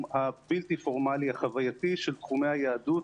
הבלתי פורמלי החווייתי של תחומי היהדות